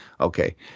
Okay